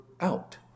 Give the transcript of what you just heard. out